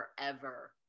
forever